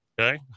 okay